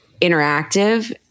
interactive